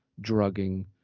drugging